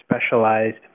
specialized